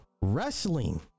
wrestling